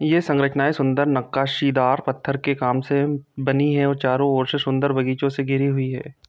यह संरचनाएँ सुंदर नक्काशीदार पत्थर के काम से बनी हैं और चारों ओर से सुंदर बगीचों से घिरी हुई है